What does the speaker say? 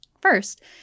First